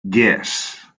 yes